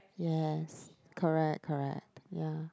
yes correct correct ya